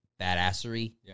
badassery